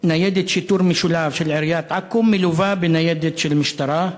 ניידת שיטור משולב של עיריית עכו מלווה בניידת של המשטרה,